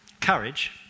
Courage